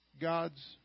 God's